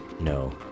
no